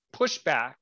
pushback